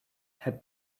had